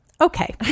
Okay